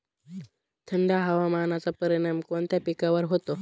थंड हवामानाचा परिणाम कोणत्या पिकावर होतो?